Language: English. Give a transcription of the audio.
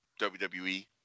WWE